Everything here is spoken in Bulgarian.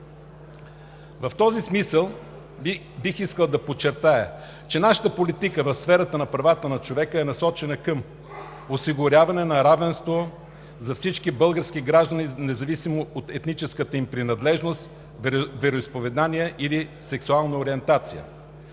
В този смисъл бих искал да подчертая, че нашата политика в сферата на правата на човека е насочена към: осигуряване на равенство за всички български граждани, независимо от етническата им принадлежност, вероизповедание или сексуална ориентация;